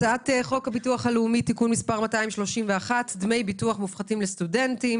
הצעת חוק הביטוח הלאומי (תיקון מס' 231) (דמי ביטוח מופחתים לסטודנטים),